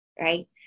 right